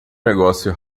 negócio